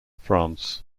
france